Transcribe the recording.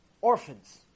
orphans